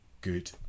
good